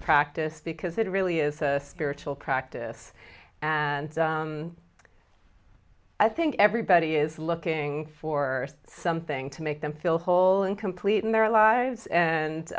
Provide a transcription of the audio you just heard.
practice because it really is a spiritual practice and i think everybody is looking for something to make them feel whole and complete in their lives and